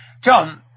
John